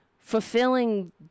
Fulfilling